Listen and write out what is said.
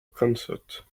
concert